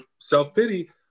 self-pity